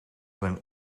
zijn